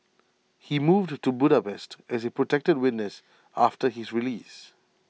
he moved to Budapest as A protected witness after his release